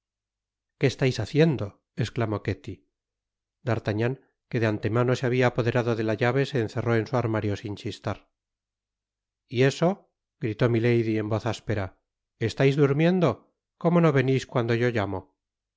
que estais haciendo esclamó ketty d'artagnan que de antemano se habia apoderado de la llave se encerró en su armario sin chistar y eso gritó milady en voz áspera estais durmiendo como no venis cuando yo hamo